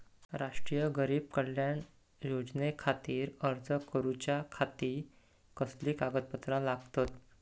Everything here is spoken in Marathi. राष्ट्रीय गरीब कल्याण योजनेखातीर अर्ज करूच्या खाती कसली कागदपत्रा लागतत?